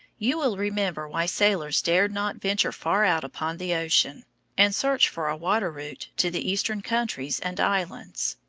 you will remember why sailors dared not venture far out upon the ocean and search for a water route to the eastern countries and islands.